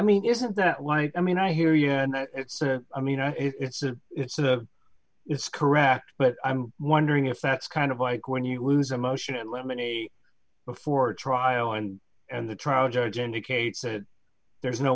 mean isn't that why i mean i hear you that it's i mean it's a it's a it's correct but i'm wondering if that's kind of like when you lose a motion in limine a before trial and and the trial judge indicates that there's no